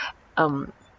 um